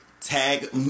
tag